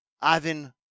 Ivan